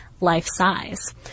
life-size